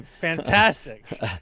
Fantastic